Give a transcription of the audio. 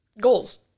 goals